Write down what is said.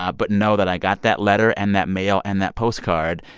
ah but know that i got that letter and that mail and that postcard.